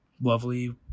lovely